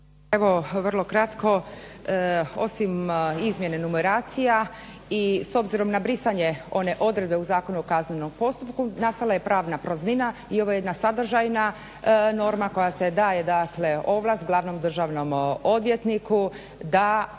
Evo, vrlo kratko. Osim izmjene numeracija i s obzirom na brisanje one odredbe u Zakonu o kaznenom postupku nastala je pravna praznina i ovo je jedna sadržajna norma koja se daje, dakle ovlast glavnom državnom odvjetniku da